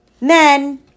Men